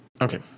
okay